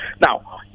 Now